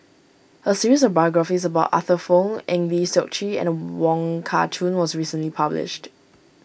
a series of biographies about Arthur Fong Eng Lee Seok Chee and Wong Kah Chun was recently published